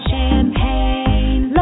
Champagne